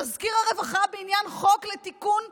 תזכיר הרווחה בעניין תיקון החוק.